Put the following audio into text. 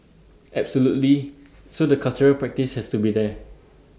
absolutely so the cultural practice has to be there